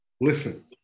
Listen